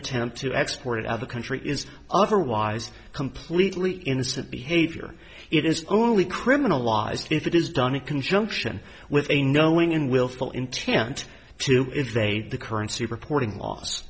attempt to export it out the country is otherwise completely innocent behavior it is only criminalized if it is done in conjunction with a knowing and willful intent to invade the currency reporting laws